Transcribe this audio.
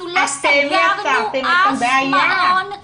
אנחנו לא סגרנו אף מעון --- אתם יצרתם את הבעיה.